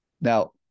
Now